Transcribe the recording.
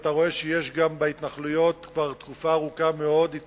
אתה רואה שכבר תקופה ארוכה מאוד יש גם